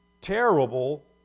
terrible